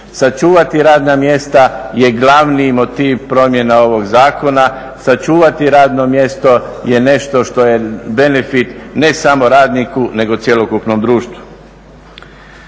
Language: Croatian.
Sačuvati radna mjesta je glavni motiv promjena ovog zakona, sačuvati radno mjesto je nešto što je benefit ne samo radniku nego cjelokupnom društvu.